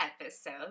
episode